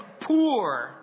poor